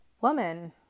woman